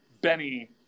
Benny